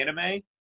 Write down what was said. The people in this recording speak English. anime